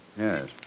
Yes